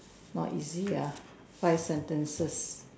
not easy ah five sentences